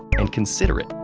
and consider it,